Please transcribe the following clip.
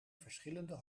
verschillende